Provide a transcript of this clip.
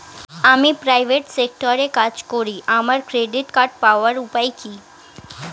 আমি প্রাইভেট সেক্টরে কাজ করি আমার ক্রেডিট কার্ড পাওয়ার উপায় কি?